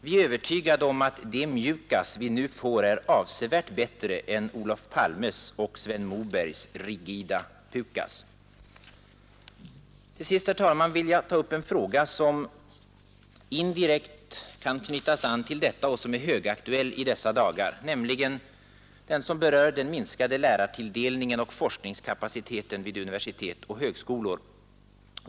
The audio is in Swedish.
Vi är övertygade om att det MJUKAS vi nu får är avsevärt bättre än Olof Palmes och Sven Mobergs rigida PUKAS. Till sist, herr talman, vill jag ta upp en fråga som indirekt kan knytas an till denna och som är högaktuell i dessa dagar, nämligen den som berör den minskade lärartilldelningen och forskningskapaciteten vid universitet och högskolor.